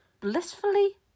blissfully